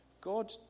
God